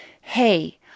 Hey